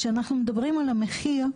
כשאנחנו מדברים על המחיר,